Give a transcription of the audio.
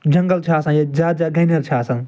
جنگل چھِ آسان ییٚتہِ زیاد زیاد گَنیٚر چھِ آسان